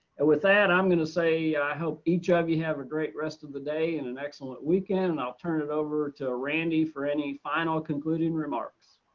with that i'm gonna say i hope each of you have a great rest of the day and an excellent weekend and i'll turn it over to randy for any final concluding remarks.